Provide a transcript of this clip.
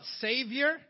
Savior